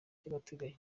by’agateganyo